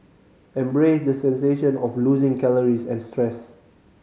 embrace the sensation of losing calories and stress